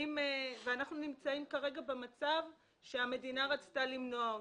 אנחנו נמצאים כרגע במצב שהמדינה רצתה למנוע אותו.